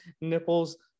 nipples